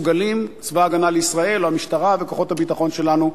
צבא-הגנה לישראל או המשטרה וכוחות הביטחון שלנו,